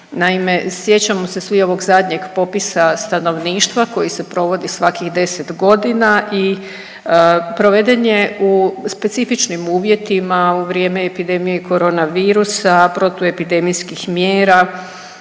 Naime, sjećamo se svi ovog zadnjeg popisa stanovništva koji se provodi svakih 10 godina i proveden je u specifičnim uvjetima u vrijeme epidemije i korona virusa, protuepidemijskih mjera